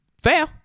fair